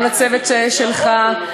גם לצוות שלך,